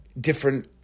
different